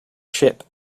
ship